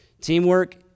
Teamwork